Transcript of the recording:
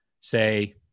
say